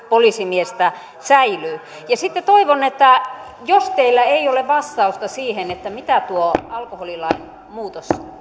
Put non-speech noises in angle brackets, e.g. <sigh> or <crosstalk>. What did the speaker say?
<unintelligible> poliisimiestä säilyy ja sitten toivon että jos teillä ei ole vastausta siihen mitä tuo alkoholilain muutos